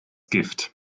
gift